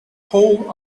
whole